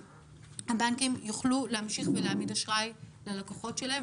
הבנקים יוכלו להמשיך ולהעמיד אשראי ללקוחות שלהם,